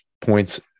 points